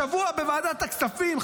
השבוע בוועדת הכספים,